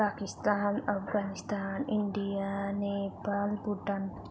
Pakistan Afghanistan India Nepal Bhutan